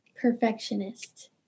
perfectionist